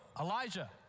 Elijah